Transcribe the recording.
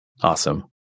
Awesome